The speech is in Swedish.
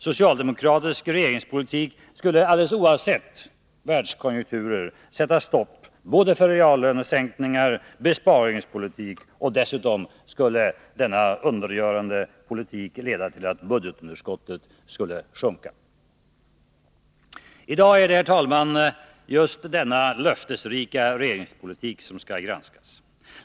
Socialdemokratisk regeringspolitik skulle alldeles oavsett världskonjunkturer sätta stopp både för reallönesänkningar och för besparingspolitik. Dessutom skulle denna undergörande politik leda till att budgetunderskottet sjönk. I dag är det, herr talman, just denna löftesrika regeringspolitik som skall granskas.